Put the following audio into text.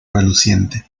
reluciente